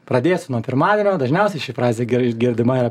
pradėsiu nuo pirmadienio dažniausiai ši frazė ger girdima